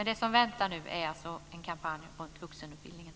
Det som väntar nu är alltså en kampanj om vuxenutbildningen.